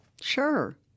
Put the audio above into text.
sure